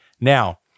Now